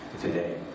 today